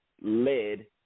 led